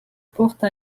porte